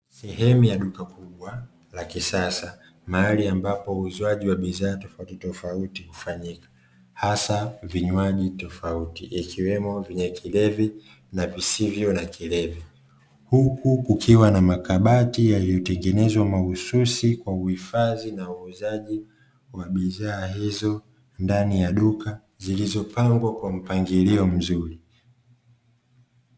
Sehemu ya duka kubwa la kisasa mahali ambapo uuzwaji wa bidhaa tofautitofauti hufanyika hasa vinywaji tofauti ikiwemo vyenye kilevi na visivyo na kilevi, huku kukiwa na makabati yaliyotengenezwa mahususi kwa uhifadhi na uuzaji wa bidhaa hizo ndani ya duka zilizopangwa kwa mpangilio mzuri.